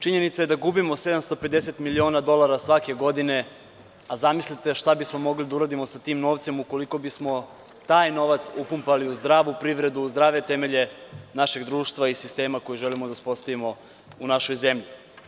Činjenica je da gubimo 750 miliona dolara svake godine, a zamislite šta bismo mogli da uradimo sa tim novcem ukoliko bismo taj novac upumpali u zdravu privredu, u zdrave temelje našeg društva i sistema koji želimo da uspostavimo u našoj zemlji.